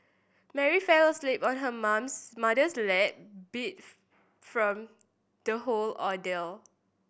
Mary fell asleep on her mom's mother's lap beat from the whole ordeal